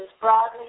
broadly